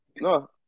No